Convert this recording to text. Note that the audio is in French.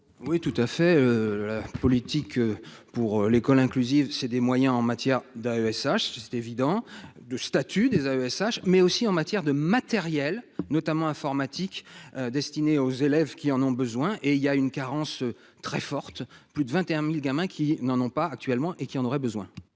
Oui, tout à fait de la politique pour l'école inclusive, c'est des moyens en matière d'AESH c'était évident de statut des AESH mais aussi en matière de matériel, notamment informatique destiné aux élèves qui en ont besoin et il y a une carence très forte, plus de 21000 gamins qui n'en ont pas actuellement et qui en auraient besoin.